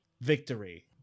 victory